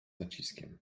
naciskiem